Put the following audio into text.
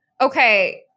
Okay